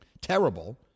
Terrible